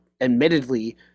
admittedly